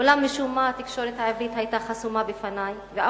אולם משום מה התקשורת העברית היתה חסומה בפני ואף